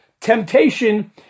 temptation